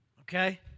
Okay